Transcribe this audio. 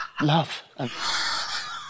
love